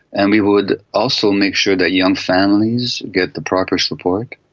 and we would also make sure that young families get the proper support.